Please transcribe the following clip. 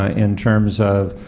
ah in terms of